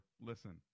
listen